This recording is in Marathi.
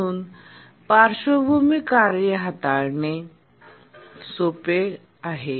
म्हणून पार्श्वभूमी कार्ये हाताळणे सोपे आहे